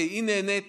הרי היא נהנית